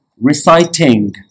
reciting